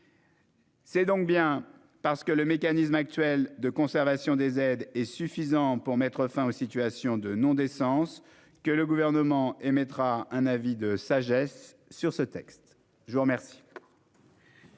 C'est donc bien parce que le mécanisme actuel de conservation des aides est suffisant pour mettre fin aux situations de non-décence que le Gouvernement s'en remettra sur ce texte à la sagesse